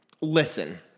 Listen